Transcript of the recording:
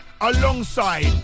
alongside